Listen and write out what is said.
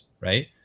right